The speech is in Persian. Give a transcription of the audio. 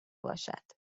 باشد